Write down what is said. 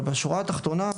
בשורה התחתונה,